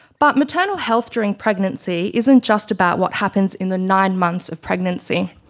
but maternal health during pregnancy isn't just about what happens in the nine months of pregnancy.